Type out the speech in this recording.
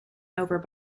over